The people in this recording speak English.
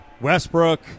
Westbrook